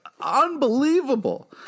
unbelievable